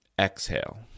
exhale